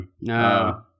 No